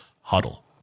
huddle